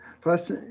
plus